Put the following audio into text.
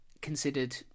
considered